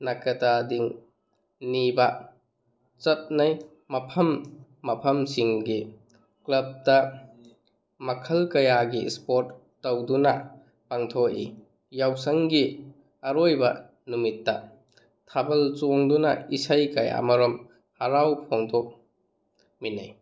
ꯅꯥꯀꯇꯥꯗꯤꯡ ꯅꯤꯕ ꯆꯠꯅꯩ ꯃꯐꯝ ꯃꯐꯝꯁꯤꯡꯒꯤ ꯀ꯭ꯂꯞꯇ ꯃꯈꯜ ꯀꯌꯥꯒꯤ ꯏꯁꯄꯣꯔꯠ ꯇꯧꯗꯨꯅ ꯄꯥꯡꯊꯣꯛꯏ ꯌꯥꯎꯁꯪꯒꯤ ꯑꯔꯣꯏꯕ ꯅꯨꯃꯤꯠꯇ ꯊꯥꯕꯜ ꯆꯣꯡꯗꯨꯅ ꯏꯁꯩ ꯀꯌꯥ ꯑꯃꯔꯣꯝ ꯍꯔꯥꯎ ꯐꯣꯡꯗꯣꯛꯃꯤꯟꯅꯩ